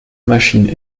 machine